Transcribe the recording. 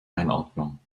einordnung